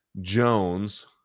Jones